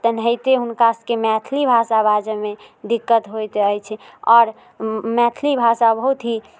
तेनाहिते हुनका सबके मैथिली भाषा बाजैमे दिक्कत होइत अछि आओर मैथिली भाषा बहुत ही